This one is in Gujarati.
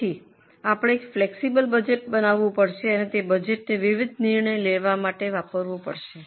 તેથી આપણે એક ફ્લેક્સિબલ બજેટ બનાવવું પડશે અને તે બજેટને વિવિધ નિર્ણય લેવા માટે વાપરવું પડશે